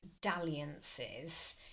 dalliances